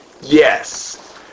Yes